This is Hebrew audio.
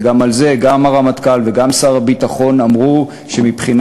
ועל זה גם הרמטכ"ל וגם שר הביטחון אמרו שמבחינת